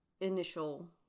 initial